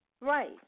Right